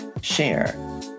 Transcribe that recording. share